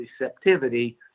receptivity